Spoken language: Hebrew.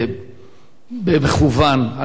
על מנת להראות שיש לנו משפחות,